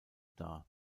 dar